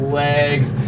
legs